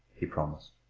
he promised.